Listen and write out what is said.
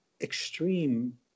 extreme